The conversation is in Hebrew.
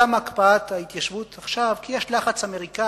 גם הקפאת ההתיישבות עכשיו היא כי יש לחץ אמריקני,